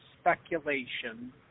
speculation